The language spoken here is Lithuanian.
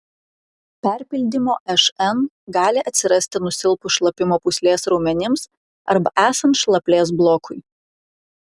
perpildymo šn gali atsirasti nusilpus šlapimo pūslės raumenims arba esant šlaplės blokui